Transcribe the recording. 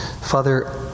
Father